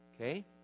Okay